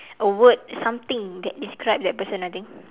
a word something that describe that person I think